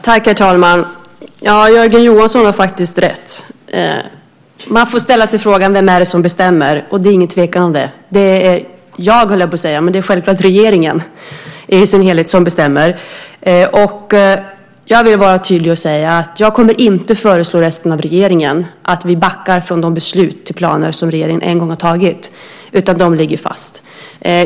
Herr talman! Jörgen Johansson har faktiskt rätt. Man får ställa sig frågan: Vem är det som bestämmer? Det är ingen tvekan om det. Det är jag, höll jag på att säga, men det är självklart regeringen i sin helhet som bestämmer. Jag vill vara tydlig och säga att jag inte kommer att föreslå resten av regeringen att vi backar från de beslut till planer som regeringen en gång har tagit, utan de ligger fast.